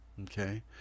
Okay